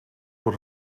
door